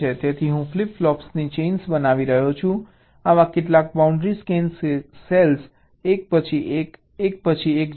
તેથી હું ફ્લિપ ફ્લોપ્સની ચેઈન બનાવી રહ્યો છું આવા કેટલાય બાઉન્ડ્રી સ્કેન સેલ્સ એક પછી એક એક પછી એક જોડાયેલા છે